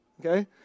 Okay